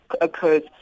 occurs